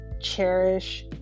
cherish